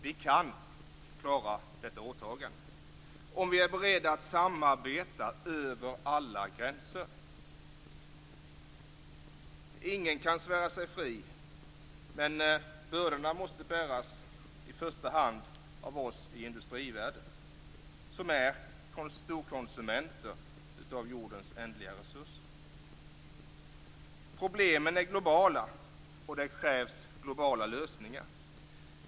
Vi kan klara detta åtagande om vi är beredda att samarbeta över alla gränser. Ingen kan svära sig fri, men bördorna måste i första hand bäras av oss i industrivärlden. Det är vi som är storkonsumenter av jordens ändliga resurser. Problemen är globala, och det krävs globala lösningar.